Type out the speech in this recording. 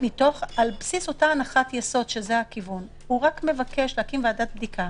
על בסיס אותה הנחת יסוד להקים ועדת בדיקה